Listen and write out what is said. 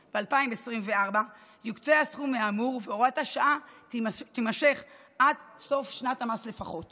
ו-2024 יוקצה הסכום האמור והוראת השעה תימשך עד סוף שנת המס לפחות.